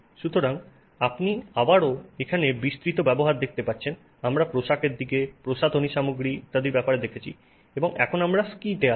সুতরাং আপনি আবারও এখানে বিস্তৃত ব্যবহার দেখতে পাচ্ছেন আমরা পোশাকের দিকে প্রসাধনী সামগ্রীতে ইত্যাদির ব্যাপারে দেখেছি এবং এখন আমরা স্কীতে আসি